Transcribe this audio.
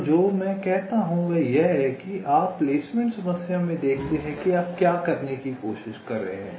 तो मैं जो कहता हूं वह यह है कि आप प्लेसमेंट समस्या में देखते हैं कि आप क्या करने की कोशिश कर रहे हैं